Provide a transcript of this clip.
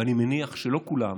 ואני מניח שלא כולם